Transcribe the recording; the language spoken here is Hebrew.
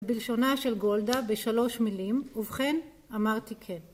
בלשונה של גולדה בשלוש מילים ובכן אמרתי כן